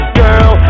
girl